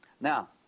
Now